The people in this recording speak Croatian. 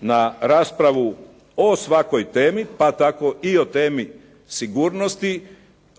na raspravu o svakoj temi, pa tako i o temi sigurnosti,